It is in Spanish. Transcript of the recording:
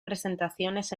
presentaciones